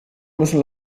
müssen